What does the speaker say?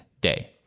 day